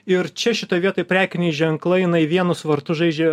ir čia šitoj vietoj prekiniai ženklai eina į vienus vartus žaidžia